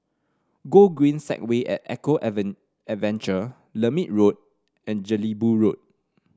Gogreen Segway at Eco Adventure Lermit Road and Jelebu Road